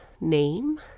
name